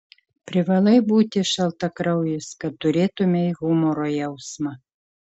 privalai būti šaltakraujis kad turėtumei humoro jausmą